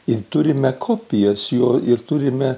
ir turime kopijas jo ir turime